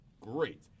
great